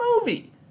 movie